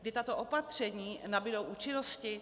Kdy tato opatření nabudou účinnosti?